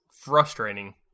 frustrating